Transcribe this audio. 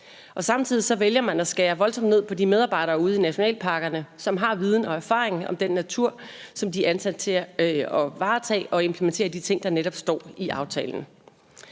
samtidig vælger man at skære voldsomt ned på de medarbejdere ude i nationalparkerne, som har viden og erfaring om den natur, som de er ansat til at varetage, og som skal implementere netop de ting, der står i aftalen.